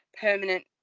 permanent